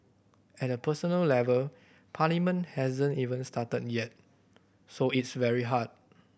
at a personal level Parliament hasn't even started yet so it's very hard